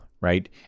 right